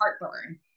heartburn